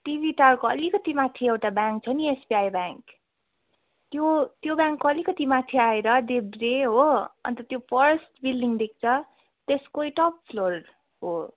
TV टावरको अलिकति माथि एउटा ब्याङ्क छ नि एसबिआई ब्याङ्क त्यो त्यो ब्याङ्कको अलिकति माथि आएर देब्रे हो अन्त त्यो फर्स्ट बिलडिङ देख्छ त्यसकै टप फ्लोर हो